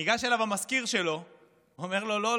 וניגש אליו המזכיר שלו ואומר לו: לא,